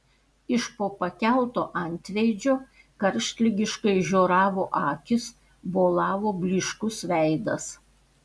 iš po pakelto antveidžio karštligiškai žioravo akys bolavo blyškus veidas